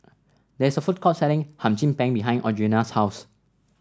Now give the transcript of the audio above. there is a food court selling Hum Chim Peng behind Audriana's house